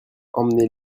emmenez